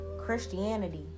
Christianity